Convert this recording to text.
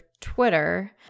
Twitter